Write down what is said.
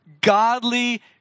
godly